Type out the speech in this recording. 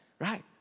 right